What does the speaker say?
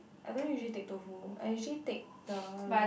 I don't usually take tofu I usually take the